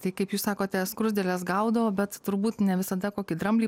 tai kaip jūs sakote skruzdėles gaudo bet turbūt ne visada kokį dramblį